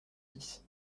six